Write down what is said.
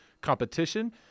competition